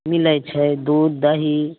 मिलै छै दूध दही